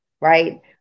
right